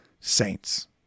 saints